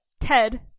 Ted